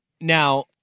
Now